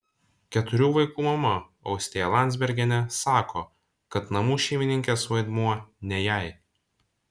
keturių vaikų mama austėja landzbergienė sako kad namų šeimininkės vaidmuo ne jai